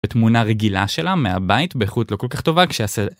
בתמונה רגילה שלה מהבית באיכות לא כל כך טובה כשה...